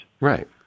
Right